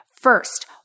First